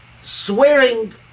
swearing